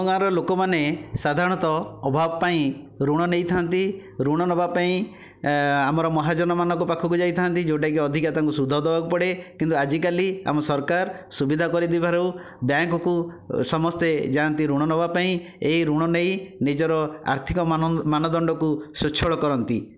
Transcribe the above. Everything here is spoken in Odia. ଆମ ଗାଁର ଲୋକମାନେ ସାଧାରଣତଃ ଅଭାବ ପାଇଁ ଋଣ ନେଇଥାନ୍ତି ଋଣ ନେବା ପାଇଁ ଆମର ମହାଜନମାନଙ୍କ ପାଖକୁ ଯାଇଥାନ୍ତି ଯେଉଁଟାକି ଅଧିକା ତାଙ୍କୁ ସୁଧ ଦବାକୁ ପଡ଼େ କିନ୍ତୁ ଆଜିକାଲି ଆମ ସରକାର ସୁବିଧା କରିଥିବାରୁ ବ୍ୟାଙ୍କକୁ ସମସ୍ତେ ଯାଆନ୍ତି ଋଣ ନେବା ପାଇଁ ଏହି ଋଣ ନେଇ ନିଜର ଆର୍ଥିକ ମାନ ମାନଦଣ୍ଡକୁ ସ୍ୱଚ୍ଛଳ କରନ୍ତି